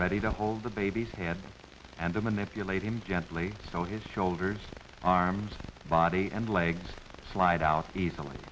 ready to hold the baby's head and to manipulate him gently so his shoulders arms body and legs slide out easily